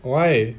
why